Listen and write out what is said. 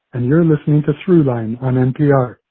and you're listening to throughline on npr.